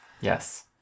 Yes